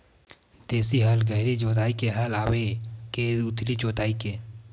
देशी हल गहरी जोताई के हल आवे के उथली जोताई के?